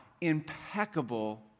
Impeccable